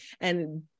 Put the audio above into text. and-